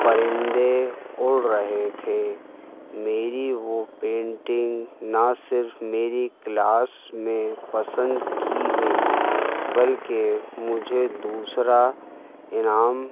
پرندے اڑ رہے تھے میری وہ پینٹنگ نہ صرف میری کلاس میں پسند کی گئی بلکہ مجھے دوسرا انعام